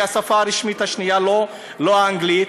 כי השפה הרשמית השנייה היא לא אנגלית.